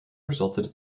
resulted